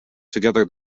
together